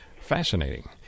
Fascinating